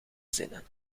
zinnen